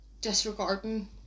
disregarding